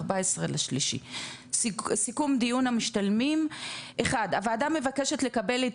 14.3. סיכום דיון המשתלמים: 1. הוועדה מבקשת לקבל את